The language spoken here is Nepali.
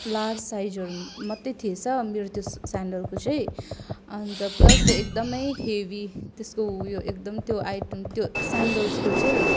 लार्ज साइजहरू मात्रै थिएछ मेरो त्यो सेन्डलको चाहिँ अन्त प्लस एकदमै हेभी त्यसको उयो एकदम त्यो आइटम त्यो स्यान्डल्सको चाहिँ